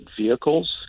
vehicles